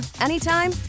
anytime